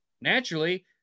naturally